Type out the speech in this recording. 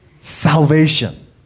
salvation